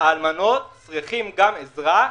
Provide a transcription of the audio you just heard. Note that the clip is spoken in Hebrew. האלמנות צריכים גם עזרה,